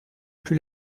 plus